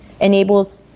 enables